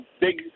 big